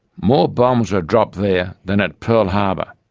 more bombs were dropped there than at pearl harbour.